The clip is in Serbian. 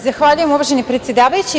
Zahvaljujem, uvaženi predsedavajući.